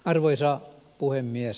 arvoisa puhemies